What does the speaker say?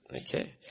Okay